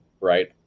right